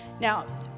Now